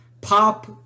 Pop